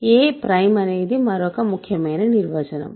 a prime అనేది మరొక ముఖ్యమైన నిర్వచనం